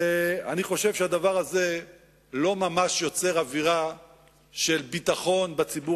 ואני חושב שהדבר הזה לא ממש יוצר אווירה של ביטחון בציבור